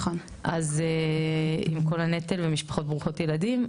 אז עם כל הנטל ומשפחות ברוכות ילדים,